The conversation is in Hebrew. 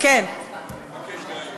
אני מבקש להעיר.